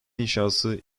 inşası